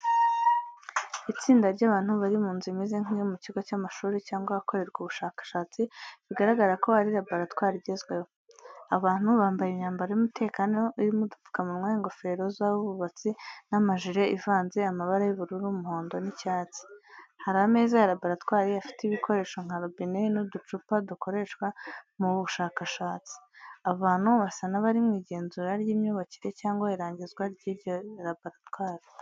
Itsinda ry’abantu bari mu nzu imeze nk’iyo mu kigo cy’amashuri cyangwa ahakorerwa ubushakashatsi, bigaragara ko ari laboratwari igezweho. Abo bantu bambaye imyambaro y’umutekano irimo udupfukamunwa, ingofero z’abubatsi, n’amajire ivanze amabara y’ubururu, umuhondo n’icyatsi. Hari ameza ya laboratwari afite ibikoresho nka robine n’uducupa dukoreshwa mu bushakashatsi. Abo bantu basa n’abari mu igenzura ry’imyubakire cyangwa irangizwa ry’iyo laboratwari.